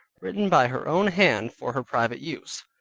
written by her own hand for her private use,